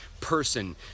person